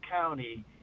county